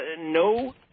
no